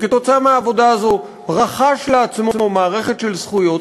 ובזכות העבודה הזאת רכש לעצמו מערכת של זכויות,